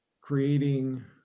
creating